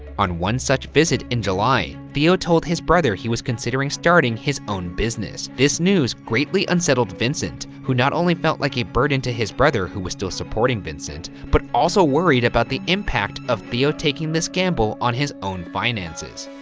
on one such visit in july, theo told his brother he was considering starting his own business. this news greatly unsettled vincent, who not only felt like a burden to his brother who was still supporting vincent but also worried about the impact of theo taking this gamble on his own finances.